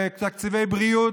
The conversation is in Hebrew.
בתקציבי בריאות,